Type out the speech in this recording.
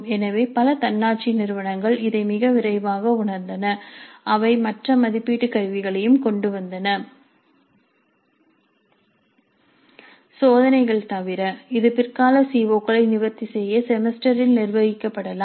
எனவே பல தன்னாட்சி நிறுவனங்கள் இதை மிக விரைவாக உணர்ந்தன அவை மற்ற மதிப்பீட்டு கருவிகளையும் கொண்டு வந்தன சோதனைகள் தவிர இது பிற்கால சிஓ களை நிவர்த்தி செய்ய செமஸ்டரில் நிர்வகிக்கப்படலாம்